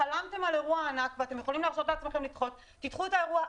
חלמתם על אירוע ענק ואתם יכולים להרשות לעצמכם לדחות תדחו את האירוע.